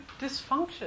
dysfunction